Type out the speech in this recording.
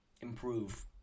improve